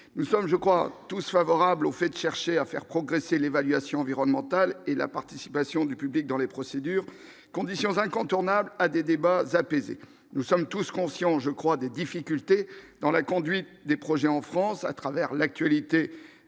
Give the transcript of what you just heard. nous sommes je crois tous favorables au fait chercher à faire progresser l'évaluation environnementale et la participation du public dans les procédures conditions incontournables à des débats apaisée, nous sommes tous conscients, je crois, des difficultés dans la conduite des projets en France à travers l'actualité